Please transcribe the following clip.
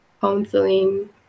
counseling